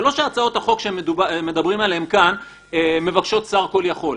זה לא שהצעות החוק שמדברים עליהן כאן מבקשות שר כל יכול,